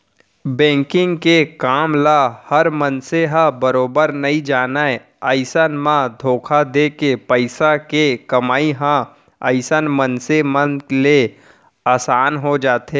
banking के काम ल हर मनसे ह बरोबर नइ जानय अइसन म धोखा देके पइसा के कमई ह अइसन मनसे मन ले असान हो जाथे